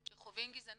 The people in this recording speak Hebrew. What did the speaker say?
מה בוצע ובהליך ביצוע.